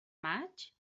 maig